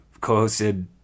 co-hosted